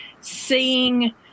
seeing